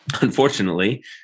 Unfortunately